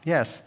Yes